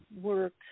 work